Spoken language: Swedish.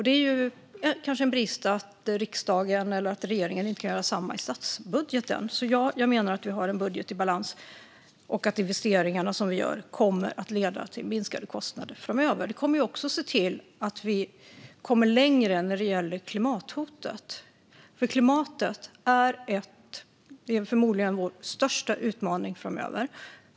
Det är kanske en brist att riksdagen eller regeringen inte kan göra samma sak i statsbudgeten. Jag menar att Vänsterpartiet har en budget i balans och att investeringarna vi gör kommer att leda till minskade kostnader framöver. De kommer också att medföra att vi kommer längre när det gäller klimathotet. Klimatet är förmodligen vår största utmaning framöver.